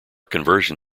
conversion